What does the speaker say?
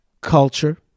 culture